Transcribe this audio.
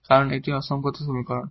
কারণ এটি অসঙ্গত সমীকরণ